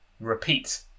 Repeat